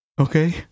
Okay